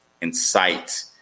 incite